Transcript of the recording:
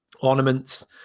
ornaments